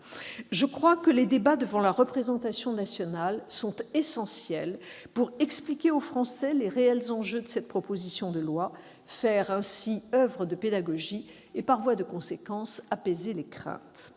je crois que les débats devant la représentation nationale sont essentiels pour expliquer aux Français les réels enjeux de la proposition de loi, faire ainsi oeuvre de pédagogie et, par voie de conséquence, apaiser les craintes.